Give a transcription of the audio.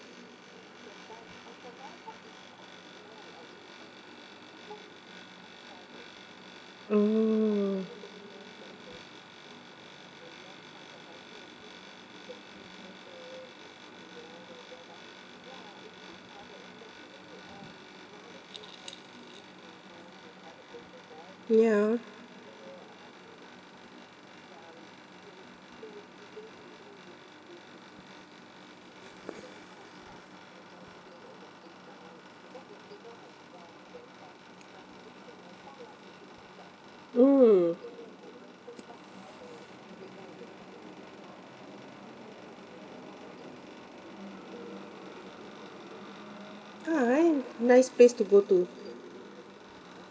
oh ya mm ah and nice place to go to